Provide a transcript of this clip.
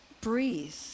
breathe